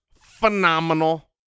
phenomenal